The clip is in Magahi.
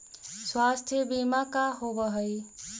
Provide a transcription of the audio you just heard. स्वास्थ्य बीमा का होव हइ?